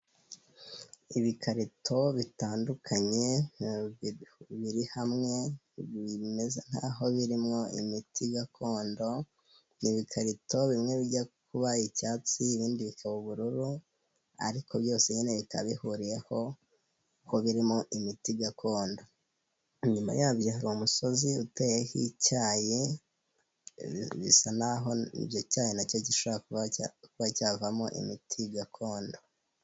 Ibikarito bitandukanye biri hamwe bimeze nk'aho birimo imiti gakondo n'ibikarito bimwe bijya kuba icyatsi ibindi bikaba ubururu, ariko byose nyine bikaba bihuriyeho ko birimo imiti gakondo, inyuma yabyo hari umusozi uteyeho icyayi bisa n'aho icyo cyayi nacyo gishobora kuba cyavamo imiti gakondo.